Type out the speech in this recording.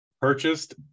purchased